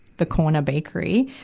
the corner bakery.